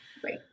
Great